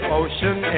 ocean